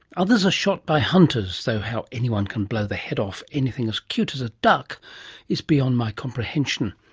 others are shot by hunters, though how anyone can blow the head off anything as cute as a duck is beyond my comprehension.